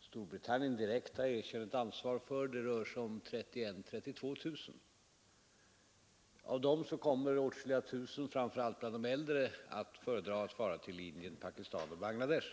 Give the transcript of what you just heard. Storbritannien direkt har erkänt ansvar för rör sig om 31 000-32 000. Av dem kommer åtskilliga tusen, framför allt bland de äldre, att föredra att fara till Indien, Pakistan och Bangladesh.